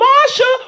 Marsha